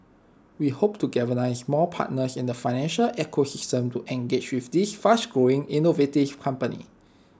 we hope to galvanise more partners in the financial ecosystem to engage with these fast growing innovative company